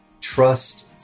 trust